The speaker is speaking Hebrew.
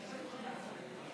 אנחנו נמתין לך.